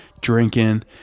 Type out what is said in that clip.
drinking